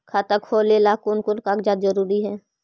खाता खोलें ला कोन कोन कागजात जरूरी है?